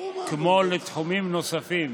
כמו לתחומים נוספים.